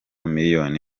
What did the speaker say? miliyoni